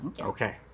Okay